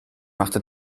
machte